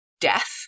death